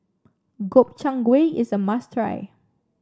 Gobchang Gui is a must try